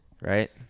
Right